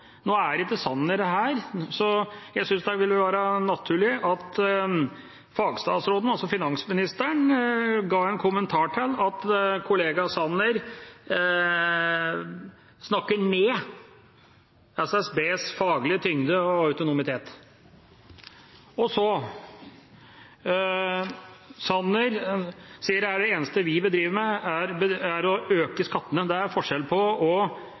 ikke Sanner her, så jeg synes det ville vært naturlig at fagstatsråden, altså finansministeren, ga en kommentar til at kollega Sanner snakker ned SSBs faglige tyngde og autonomi. Statsråd Sanner sier at det eneste vi driver med, er å øke skattene. Det er forskjell på